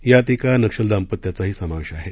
यात एका नक्षल दाम्पत्याचाही समावेश आहे